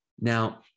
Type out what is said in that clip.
Now